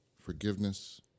forgiveness